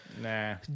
Nah